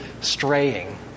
straying